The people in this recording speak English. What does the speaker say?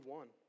one